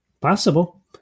Possible